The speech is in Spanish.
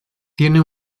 tiene